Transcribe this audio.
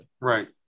Right